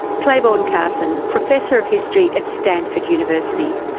clayborne carson, professor of history at stanford university.